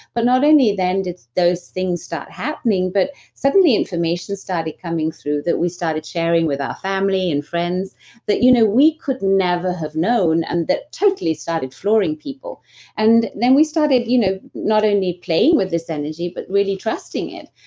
but not only then did those things start happening, but suddenly information started coming through that we started sharing with our family and friends that you know we could never have known and that totally started flooring people and then we started you know not only playing with this energy, but really trusting it.